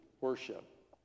worship